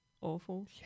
awful